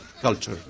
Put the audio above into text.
culture